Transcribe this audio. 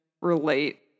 relate